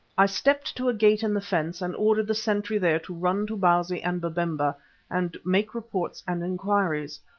i stepped to a gate in the fence and ordered the sentry there to run to bausi and babemba and make report and inquiries,